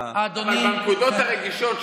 אבל בנקודות הרגישות,